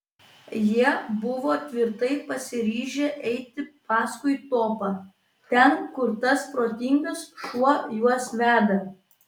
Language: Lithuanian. jie buvo tvirtai pasiryžę eiti paskui topą ten kur tas protingas šuo juos veda